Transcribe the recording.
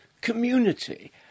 community